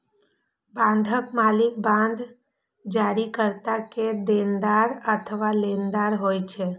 बांडक मालिक बांड जारीकर्ता के देनदार अथवा लेनदार होइ छै